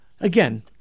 Again